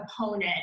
opponent